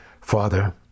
Father